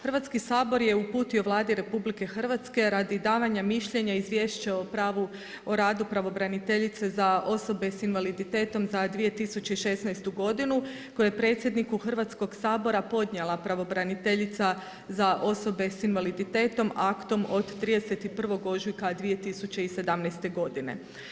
Hrvatski sabor je uputio Vladi RH radi davanja mišljenja Izvješće o radu pravobraniteljice za osobe s invaliditetom za 2016. godinu koje je predsjedniku Hrvatskog sabora podnijela pravobraniteljica za osobe s invaliditetom aktom od 31. ožujka 2017. godine.